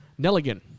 Nelligan